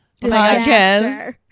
podcast